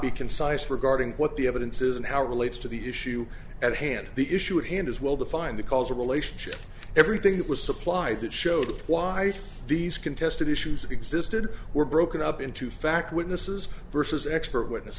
be concise regarding what the evidence is and how it relates to the issue at hand the issue at hand is well defined the causal relationship everything that was supplied that showed why these contested issues existed were broken up into fact witnesses vs expert witness